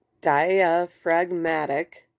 diaphragmatic